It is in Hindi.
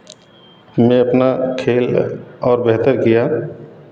में अपना खेल और बेहतर किया